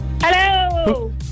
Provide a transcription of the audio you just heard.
hello